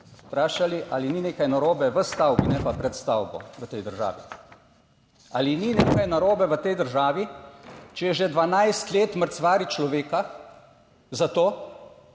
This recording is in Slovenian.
vprašali, ali ni nekaj narobe v stavbi, ne pa pred stavbo v tej državi. Ali ni nekaj narobe v tej državi, če že 12 let mrcvari človeka za to,